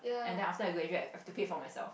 and then after I graduate I have to pay for myself